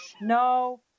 no